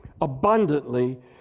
abundantly